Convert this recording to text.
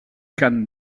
khan